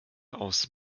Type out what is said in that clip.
aus